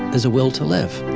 there's a will to live.